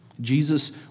Jesus